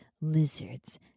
Lizards